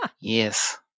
Yes